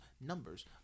numbers